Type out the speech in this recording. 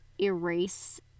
erase